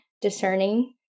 discerning